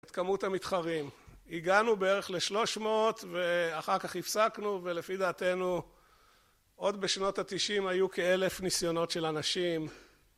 את כמות המתחרים, הגענו בערך לשלוש מאות, ואחר כך הפסקנו, ולפי דעתנו עוד בשנות התשעים היו כאלף ניסיונות של אנשים